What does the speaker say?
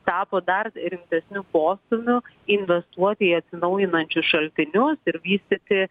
tapo dar rimtesniu postūmiu investuoti į atsinaujinančius šaltinius ir vystyti